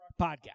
podcast